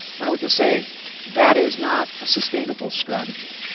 and i would just say that is not a sustainable strategy,